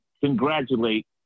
congratulate